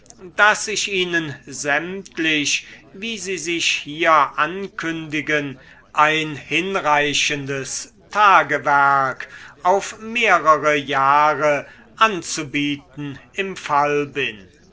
daß ich ihnen sämtlich wie sie sich hier ankündigen ein hinreichendes tagewerk auf mehrere jahre anzubieten im fall bin